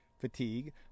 fatigue